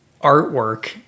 artwork